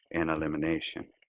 and elimination?